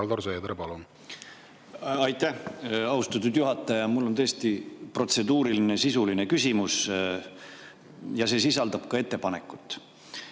Aitäh, austatud juhataja! Mul on tõesti protseduuriline ja sisuline küsimus, mis sisaldab ka ettepanekut.